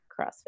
crossfit